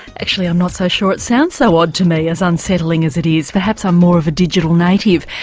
actually i'm not so sure it sounds so odd to me, as unsettling as it is, perhaps i'm more of a digital native.